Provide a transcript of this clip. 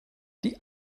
die